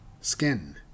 Skin